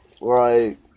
Right